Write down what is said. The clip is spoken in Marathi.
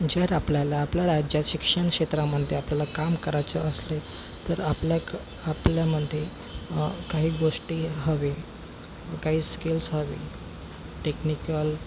ज्यात आपल्याला आपल्या राज्यात शिक्षणक्षेत्रामध्ये आपल्याला काम करायचं असले तर आपल्या एक आपल्यामध्ये काही गोष्टी हवे व काही स्किल्स हवे टेक्निकल